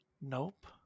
Nope